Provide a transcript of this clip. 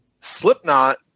Slipknot